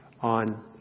on